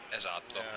esatto